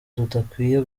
tudakwiye